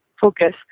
focus